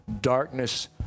darkness